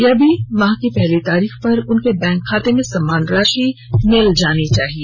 सभी को माह की पहली तारीख पर उनके बैंक खाते में सम्मान राशि मिलनी चाहिए